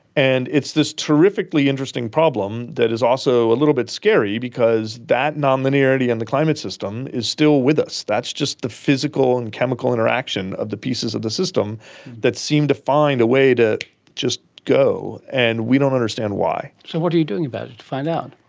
and it's this terrifically interesting problem that is also a little bit scary because that nonlinearity in and the climate system is still with us, that's just the physical and chemical interaction of the pieces of the system that seem to find a way to just go, and we don't understand why. so what are you doing about it, to find out?